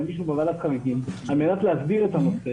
מישהו בוועדת חריגים על מנת להסדיר את הנושא,